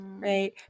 right